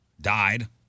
died